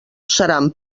seran